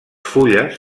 fulles